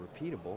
repeatable